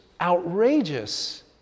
outrageous